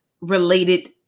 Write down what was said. related